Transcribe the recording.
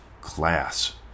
class